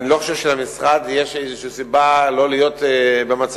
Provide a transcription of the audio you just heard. אני לא חושב שלמשרד יש איזו סיבה לא להיות במצב